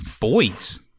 boys